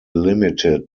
limited